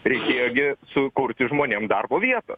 reikėjo gi sukurti žmonėm darbo vietas